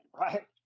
right